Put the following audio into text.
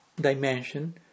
dimension